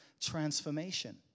transformation